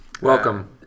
Welcome